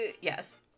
Yes